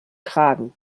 kragen